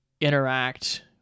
Interact